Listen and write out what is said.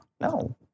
No